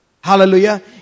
Hallelujah